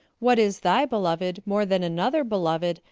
what is thy beloved more than another beloved,